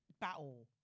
battle